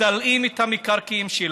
תלאים את המקרקעין שלה,